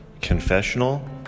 Confessional